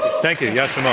thank you, yascha mounk.